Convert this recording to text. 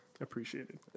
appreciated